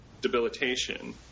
debilitation